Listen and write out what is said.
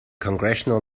congressional